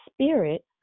Spirit